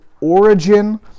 origin